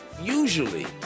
usually